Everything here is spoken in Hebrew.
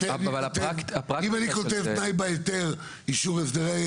אז אם אני כותב תנאי בהיתר אישור הסדרי